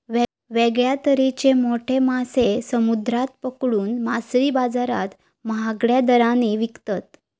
वेगळ्या तरेचे मोठे मासे समुद्रात पकडून मासळी बाजारात महागड्या दराने विकतत